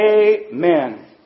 Amen